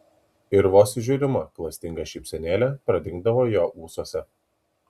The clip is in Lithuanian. ir vos įžiūrima klastinga šypsenėlė pradingdavo jo ūsuose